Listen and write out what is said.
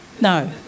No